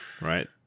right